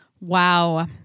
Wow